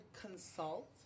consult